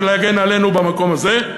בשביל להגן עלינו במקום הזה,